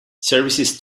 services